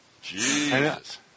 Jesus